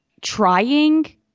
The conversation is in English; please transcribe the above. trying